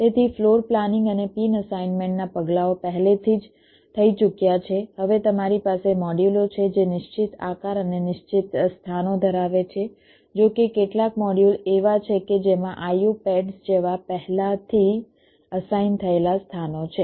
તેથી floor planning અને pin અસાઇનમેન્ટના પગલાઓ પહેલાથી જ થઈ ચૂક્યા છે હવે તમારી પાસે મોડ્યુલો છે જે નિશ્ચિત આકાર અને નિશ્ચિત સ્થાનો ધરાવે છે જો કે કેટલાક મોડ્યુલ એવા છે કે જેમાં IO પેડ્સ જેવા પહેલાથી અસાઈન થયેલાં સ્થાનો છે